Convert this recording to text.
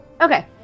Okay